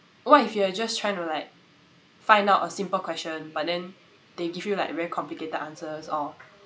what if you are just trying to like find out a simple question but then they give you like very complicated answers or